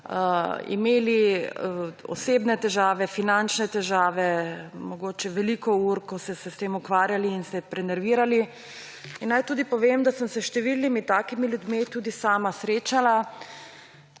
imeli osebne težave, finančne težave, mogoče veliko ur, ko so se s tem ukvarjali in se prenervirali. naj tudi povem, da sem se s številnimi takimi ljudmi tudi sama srečala.